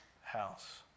house